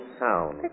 sound